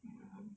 mm